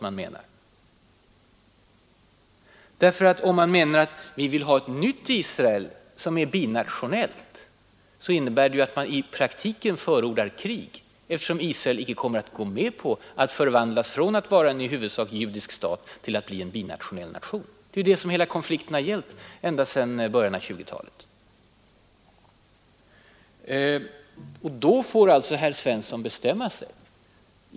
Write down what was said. Om man i stället menar att vi vill ha ett nytt Israel som är binationellt innebär det ju att man i praktiken förordar krig, eftersom Israel icke kommer att gå med på att förvandlas från att vara en i huvudsak judisk stat till att bli en binationell nation. Det är ju detta som konflikten ofta har gällt ända sedan början av 1920-talet. Då får alltså herr Svensson bestämma sig.